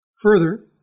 Further